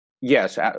Yes